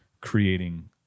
creating